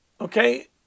Okay